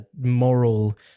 moral